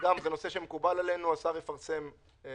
גם זה נושא שמקובל עלינו, השר יפרסם תקנות.